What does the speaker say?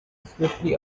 swiftly